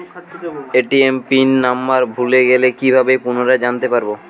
ATM pin number ভুলে গেলে কি ভাবে পুনরায় জানতে পারবো?